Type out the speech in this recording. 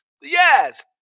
Yes